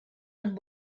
and